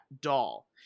doll